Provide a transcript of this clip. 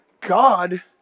God